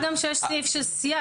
אני גם מזכירה שיש סעיף של סייג,